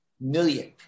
million